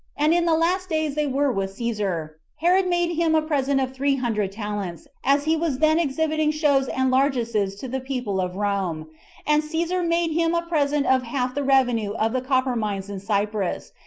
and in the last days they were with caesar, herod made him a present of three hundred talents, as he was then exhibiting shows and largesses to the people of rome and caesar made him a present of half the revenue of the copper mines in cyprus,